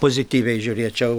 pozityviai žiūrėčiau